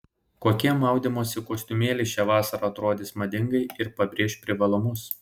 kokie maudymosi kostiumėliai šią vasarą atrodys madingai ir pabrėš privalumus